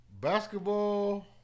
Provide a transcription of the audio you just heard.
Basketball